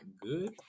good